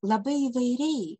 labai įvairiai